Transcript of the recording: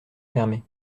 fermé